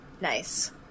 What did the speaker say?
Nice